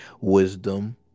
wisdom